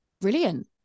Brilliant